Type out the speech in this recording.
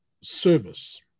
service